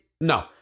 No